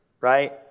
right